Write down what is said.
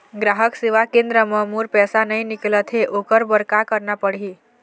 ग्राहक सेवा केंद्र म मोर पैसा नई निकलत हे, ओकर बर का करना पढ़हि?